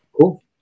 Cool